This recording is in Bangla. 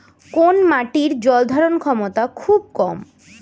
কোন মাটির জল ধারণ ক্ষমতা খুব কম?